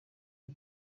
y’u